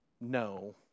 No